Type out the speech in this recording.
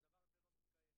והדבר הזה לא מתקיים.